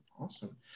Awesome